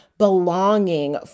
belonging